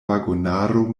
vagonaro